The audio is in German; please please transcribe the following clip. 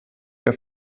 der